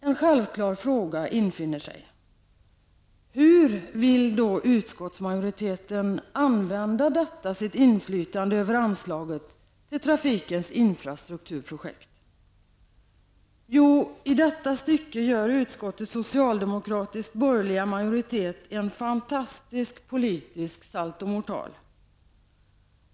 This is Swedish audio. En självklar fråga infinner sig: Hur vill då utskottsmajoriteten använda detta sitt inflytande över anslaget till trafikens infrastrukturprojekt? Jo, i detta stycke gör utskottets socialdemokratiskborgerliga majoritet en fantastisk politisk saltomortal.